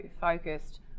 focused